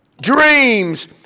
Dreams